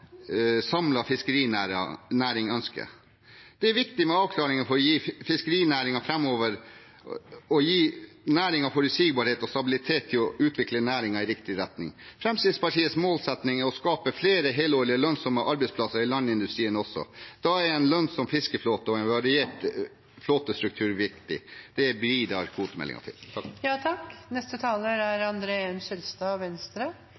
ønsker. Det er viktig med avklaringer for framover å gi fiskerinæringen forutsigbarhet og stabilitet i å utvikle næringen i riktig retning. Fremskrittspartiets målsetting er å skape flere helårige lønnsomme arbeidsplasser i landindustrien også. Da er en lønnsom fiskeflåte og en variert flåtestruktur viktig. Det bidrar kvotemeldingen til.